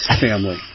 family